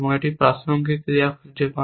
একটি প্রাসঙ্গিক ক্রিয়া খুঁজে পান